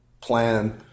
plan